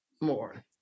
more